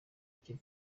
icye